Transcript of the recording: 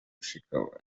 bicycle